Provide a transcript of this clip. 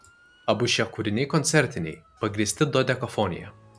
abu šie kūriniai koncertiniai pagrįsti dodekafonija